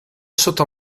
sota